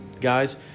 Guys